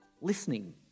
Listening